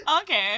Okay